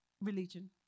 religion